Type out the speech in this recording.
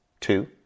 two